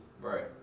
right